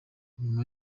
nyuma